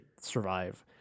survive